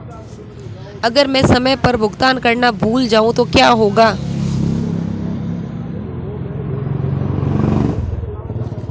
अगर मैं समय पर भुगतान करना भूल जाऊं तो क्या होगा?